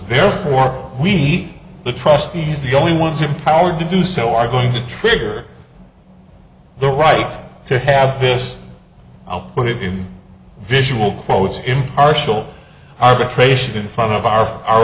there for we the trustees the only ones empowered to do so are going to trigger the right to have this i'll put it in visual quotes impartial arbitration in front of our our